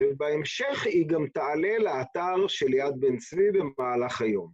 בהמשך היא גם תעלה לאתר של יד בן צבי במהלך היום.